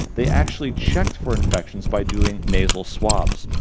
they actually checked for infections by doing nasal swabs,